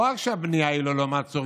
לא רק שהבנייה היא ללא מעצורים,